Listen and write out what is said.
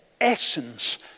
essence